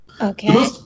Okay